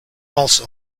also